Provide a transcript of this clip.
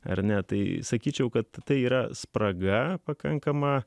ar ne tai sakyčiau kad tai yra spraga pakankama